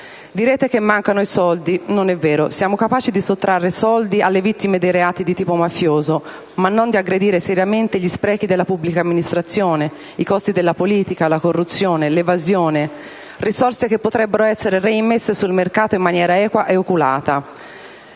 Direte che mancano i soldi: non è vero. Siamo capaci di sottrarre soldi alle vittime dei reati di tipo mafioso, ma non di aggredire seriamente gli sprechi della pubblica amministrazione, i costi della politica, la corruzione, l'evasione, recuperando risorse che potrebbero essere reimmesse sul mercato in maniera equa e oculata.